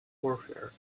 warfare